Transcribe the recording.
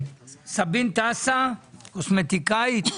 סבין תעסה, קוסמטיקאית.